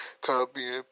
copying